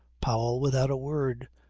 powell, without a word,